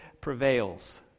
prevails